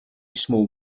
small